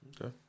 Okay